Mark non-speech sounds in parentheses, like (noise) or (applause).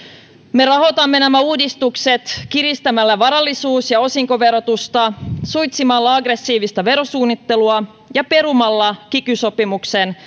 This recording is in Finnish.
me rahoitamme nämä uudistukset kiristämällä varallisuus ja osinkoverotusta suitsimalla aggressiivista verosuunnittelua ja perumalla kiky sopimuksen (unintelligible)